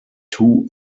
two